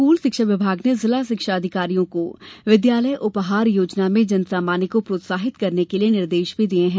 school शिक्षा विभाग ने जिला शिक्षा अधिकारियों को विद्यालय उपहार योजना में जन सामान्य को प्रोत्साहित करने के लिये निर्देश भी दिये हैं